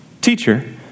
Teacher